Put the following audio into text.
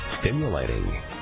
stimulating